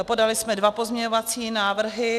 Podali jsme dva pozměňovací návrhy.